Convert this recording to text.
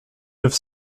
neuf